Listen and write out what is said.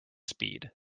speed